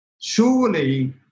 Surely-